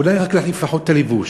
אולי לפחות להחליף את הלבוש,